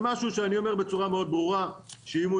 זה משהו שאני אומר בצורה מאוד ברורה שאם הוא